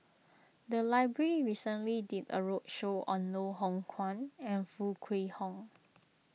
the library recently did a roadshow on Loh Hoong Kwan and Foo Kwee Horng